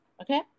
Okay